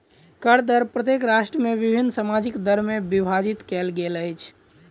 कर दर प्रत्येक राष्ट्र में विभिन्न सामाजिक दर में विभाजित कयल गेल अछि